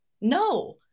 No